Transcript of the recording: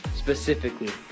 specifically